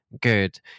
good